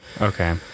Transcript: Okay